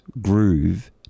groove